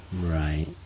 Right